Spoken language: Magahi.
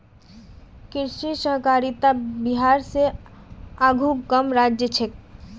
कृषि सहकारितात बिहार स आघु कम राज्य छेक